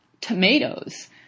tomatoes